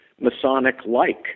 Masonic-like